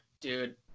Dude